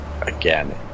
again